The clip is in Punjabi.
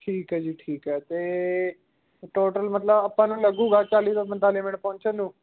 ਠੀਕ ਹੈ ਜੀ ਠੀਕ ਹੈ ਜੀ ਅਤੇ ਟੋਟਲ ਮਤਲਬ ਆਪਾਂ ਨੂੰ ਲੱਗੂਗਾ ਚਾਲੀ ਤੋਂ ਪੰਨਤਾਲੀ ਮਿੰਟ ਪਹੁੰਚਣ ਨੂੰ